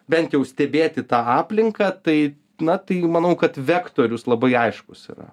bent jau stebėti tą aplinką tai na tai manau kad vektorius labai aiškus yra